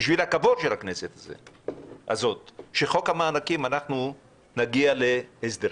כדי שלפחות בחוק המענקים נגיע להסדרים.